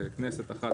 ככנסת אחת,